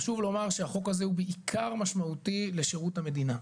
חשוב לומר שהחוק הזה הוא בעיקר משמעותי לשירות המדינה,